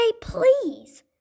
please